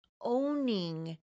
owning